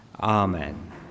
Amen